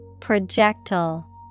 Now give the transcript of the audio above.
Projectile